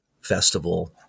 festival